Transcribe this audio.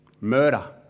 murder